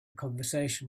conversation